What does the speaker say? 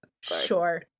sure